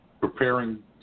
preparing